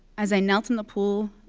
as i knelt in the pool,